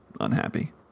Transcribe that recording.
unhappy